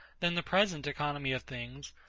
than the present economy of things,